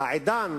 והעידן